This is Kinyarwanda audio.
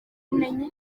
ubumenyi